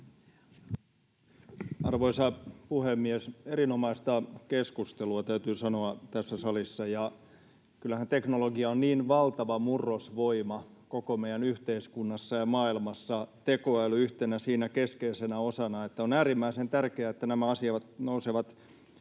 Arvoisa puhemies! Erinomaista keskustelua, täytyy sanoa, tässä salissa, ja kyllähän teknologia on niin valtava murrosvoima koko meidän yhteiskunnassa ja maailmassa, tekoäly siinä yhtenä keskeisenä osana, että on äärimmäisen tärkeää, että nämä asiat nousevat